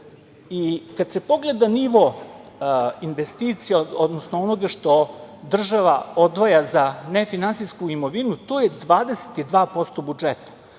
itd. Kad se pogleda nivo investicija, odnosno onoga što država odvaja za nefinansijsku imovinu, to je 22% budžeta,